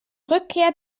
rückkehr